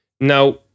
Now